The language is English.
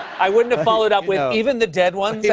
i wouldn't have followed up with, even the dead ones, yeah